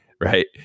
right